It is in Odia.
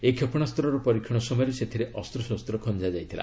ଏହି କ୍ଷେପଶାସ୍ତର ପରୀକ୍ଷଣ ସମୟରେ ସେଥିରେ ଅସ୍ତ୍ରଶସ୍ତ୍ର ଖଞ୍ଜା ଯାଇଥିଲା